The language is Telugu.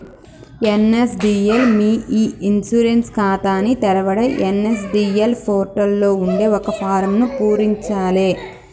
ఎన్.ఎస్.డి.ఎల్ మీ ఇ ఇన్సూరెన్స్ ఖాతాని తెరవడం ఎన్.ఎస్.డి.ఎల్ పోర్టల్ లో ఉండే ఒక ఫారమ్ను పూరించాలే